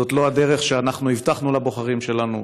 זאת לא הדרך שאנחנו הבטחנו לבוחרים שלנו,